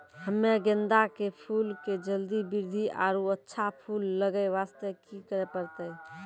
हम्मे गेंदा के फूल के जल्दी बृद्धि आरु अच्छा फूल लगय वास्ते की करे परतै?